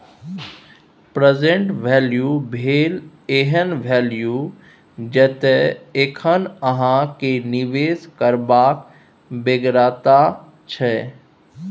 present value भेल एहन value जतय एखन अहाँ केँ निबेश करबाक बेगरता छै